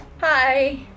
Hi